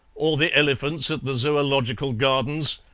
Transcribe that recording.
or the elephants at the zoological gardens.